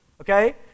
okay